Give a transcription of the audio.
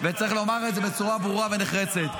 וצריך לומר את זה בצורה ברורה ונחרצת.